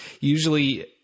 Usually